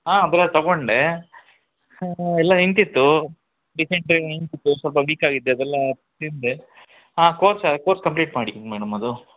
ಹಾಂ ಬೇಗ ತಗೊಂಡೆ ಹಾಂ ಎಲ್ಲಾ ನಿಂತಿತ್ತು ಡಿಸೆಂಟ್ರಿ ನಿಂತಿತ್ತು ಸ್ವಲ್ಪ ವೀಕ್ ಆಗಿದ್ದೆ ಅದೆಲ್ಲಾ ತಿಂದೆ ಹಾಂ ಕೋರ್ಸ್ ಕೋರ್ಸ್ ಕಂಪ್ಲೀಟ್ ಮಾಡಿದೀನಿ ಮೇಡಮ್ ಅದು